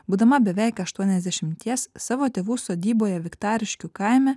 būdama beveik aštuoniasdešimties savo tėvų sodyboje viktariškių kaime